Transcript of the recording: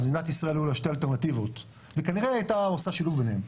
למדינת ישראל היו שתי אלטרנטיבות וכנראה היא הייתה עושה שילוב ביניהן,